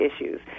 issues